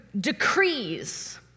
decrees